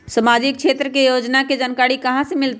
सामाजिक क्षेत्र के योजना के जानकारी कहाँ से मिलतै?